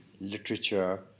literature